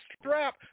strap